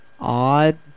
odd